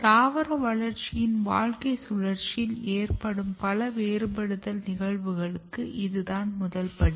தாவர வளர்ச்சியின் வாழ்க்கைச் சுழற்சியில் ஏற்படும் பல வேறுபடுதல் நிகழ்வுகளுக்கு இதுதான் முதல்ப்படி